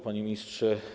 Panie Ministrze!